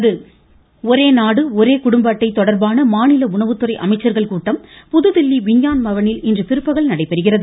மமம காமயூஜ் ஒரே நாடு ஒரே குடும்ப அட்டை தொடர்பான மாநில உணவுத்துறை அமைச்சர்கள் கூட்டம் புதுதில்லி விஞ்ஞான் பவனில் இன்று பிற்பகல் நடைபெறுகிறது